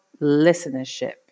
listenership